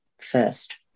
first